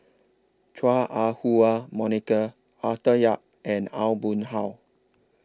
Chua Ah Huwa Monica Arthur Yap and Aw Boon Haw